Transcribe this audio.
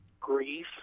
grief